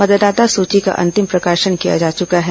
मतदाता सूची का अंतिम प्रकाशन किया जा चुका है